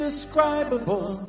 Indescribable